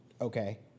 Okay